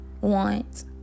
want